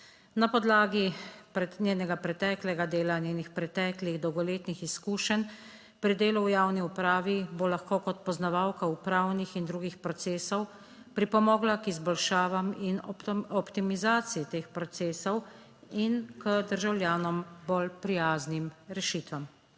Na podlagi njenega preteklega dela, njenih preteklih dolgoletnih izkušenj pri delu v javni upravi bo lahko kot poznavalka upravnih in drugih procesov pripomogla k izboljšavam in optimizaciji teh procesov in k državljanom bolj prijaznim rešitvam.